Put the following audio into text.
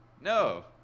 No